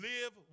Live